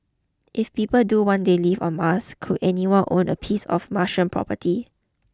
if people do one day live on Mars could anyone own a piece of Martian property